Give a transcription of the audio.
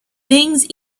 things